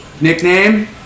nickname